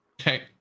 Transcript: Okay